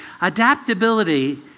Adaptability